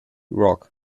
rock